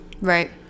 Right